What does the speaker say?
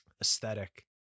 aesthetic